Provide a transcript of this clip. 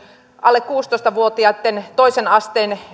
alle kuusitoista vuotiaitten toisen asteen